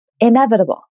inevitable